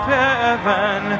heaven